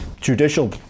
judicial